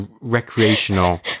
recreational